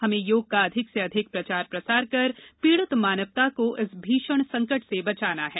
हमें योग का अधिक से अधिक प्रचार प्रसार कर पीड़ित मानवता को इस भीषण संकट से बचाना है